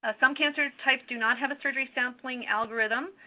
ah some cancer types do not have a surgery sampling algorithm.